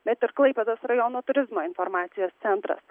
bet ir klaipėdos rajono turizmo informacijos centras